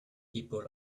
people